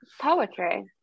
poetry